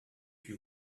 you